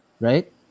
Right